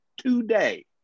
today